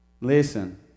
Listen